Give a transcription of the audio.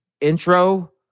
intro